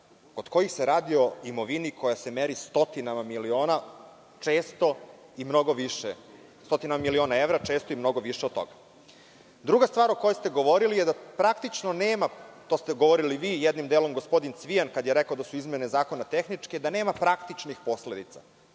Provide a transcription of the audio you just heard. kod kojih se radi o imovini koja se meri stotinama miliona evra, a često i mnogo više od toga. Druga stvar o kojoj ste govorili je da praktično nema, to ste govorili vi, jednim delom i gospodin Cvijan kad je rekao da su izmene zakona tehničke, praktičnih posledica.